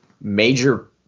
major